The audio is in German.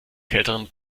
kälteren